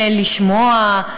לשמוע,